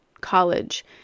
college